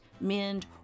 mend